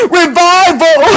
revival